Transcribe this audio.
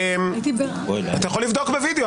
אחרי ההצבעה תוכל לערער על מה שאתה רוצה.